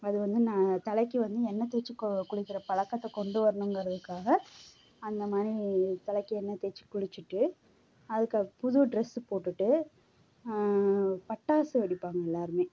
அது வந்து நான் தலைக்கு வந்து எண்ணெய் தேய்ச்சி கோ குளிக்கிற பழக்கத்தை கொண்டு வரணுங்கிறதுக்காக அந்த மாதிரி தலைக்கு எண்ணெய் தேய்ச்சி குளிச்சுட்டு அதுக்கப் புது டிரெஸ்ஸு போட்டுகிட்டு பட்டாசு வெடிப்பாங்க எல்லோருமே